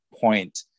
point